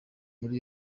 muri